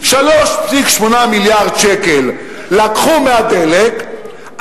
3.8 מיליארד שקל לקחו מהדלק,